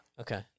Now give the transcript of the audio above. Okay